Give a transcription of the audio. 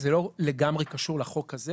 זה לא לגמרי קשור לחוק הזה.